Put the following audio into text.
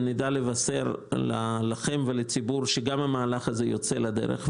נדע לבשר לכם ולציבור שגם המהלך זה יוצא לדרך.